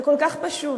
זה כל כך פשוט.